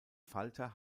falter